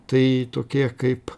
tai tokie kaip